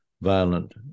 violent